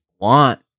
want